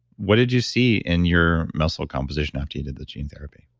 what did you see in your muscle composition after you did the gene therapy?